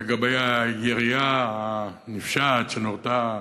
לגבי הירייה הנפשעת שנורתה